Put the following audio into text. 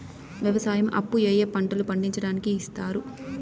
వ్యవసాయం అప్పు ఏ ఏ పంటలు పండించడానికి ఇస్తారు?